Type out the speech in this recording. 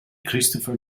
christopher